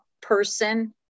person